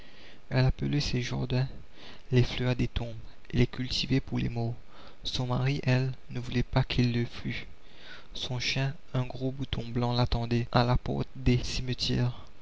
elle appelait ses jardins les fleurs des tombes et les cultivait pour les morts son mari elle ne voulait pas qu'il le fût son chien un gros mouton blanc l'attendait à la porte des cimetières